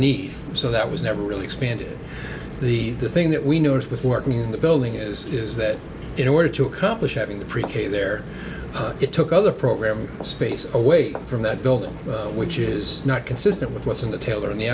neat so that was never really expanded the the thing that we noticed with working in the build is is that in order to accomplish having the pre k there it took other program space away from that building which is not consistent with what's in the taylor and